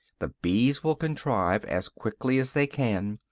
the bees will contrive, as quickly as they can,